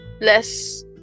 Less